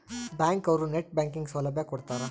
bank ಅವ್ರು net banking ಸೌಲಭ್ಯ ಕೊಡ್ತಾರ